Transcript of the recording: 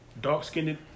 dark-skinned